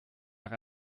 nach